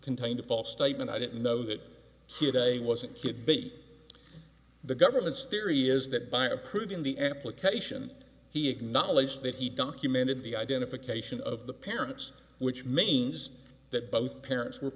contained a false statement i didn't know that he had a wasn't could be the government's theory is that by approving the application he acknowledged that he documented the identification of the parents which means that both parents were